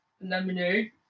lemonade